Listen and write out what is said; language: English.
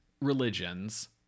religions